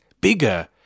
bigger